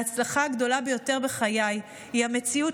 ההצלחה הגדולה ביותר בחיי היא המציאות